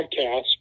podcast